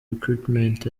recruitment